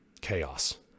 chaos